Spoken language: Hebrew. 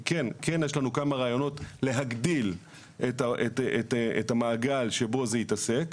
כן יש לנו כמה רעיונות להגדיל את המעגל שבו זה יתעסק.